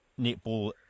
netball